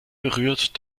berührt